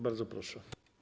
Bardzo proszę.